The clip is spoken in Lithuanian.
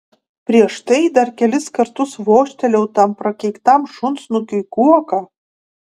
prieš tai dar kelis kartus vožtelėjau tam prakeiktam šunsnukiui kuoka